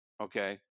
okay